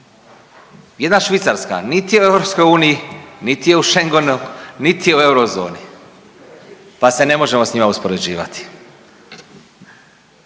Jedna Švicarska niti je u EU, niti je u Schengenu, niti je u eurozoni pa se ne možemo s njom uspoređivati.